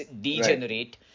degenerate